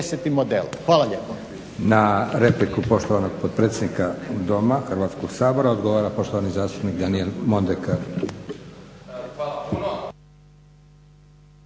modelom. Hvala lijepo.